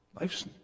life's